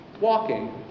walking